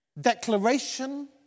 declaration